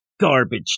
garbage